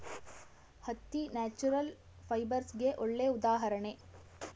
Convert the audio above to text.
ಹತ್ತಿ ನ್ಯಾಚುರಲ್ ಫೈಬರ್ಸ್ಗೆಗೆ ಒಳ್ಳೆ ಉದಾಹರಣೆ